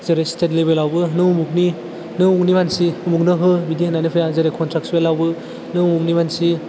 जेरै स्टेट लेभेलावबो नों उमुगनि नों उमुगनि मानसि उमुगनो हो बिदि होनानै जेरै कट्रेकसुयेलावबो नों उमुगनि मानसि